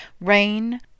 rain